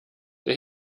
der